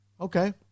Okay